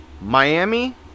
miami